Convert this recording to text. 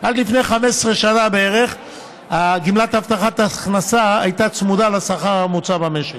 עד לפני 15 שנה בערך גמלת הבטחת הכנסה הייתה צמודה לשכר הממוצע במשק,